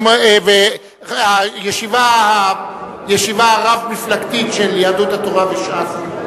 הישיבה הרב-מפלגתית של יהדות התורה וש"ס,